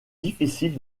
difficile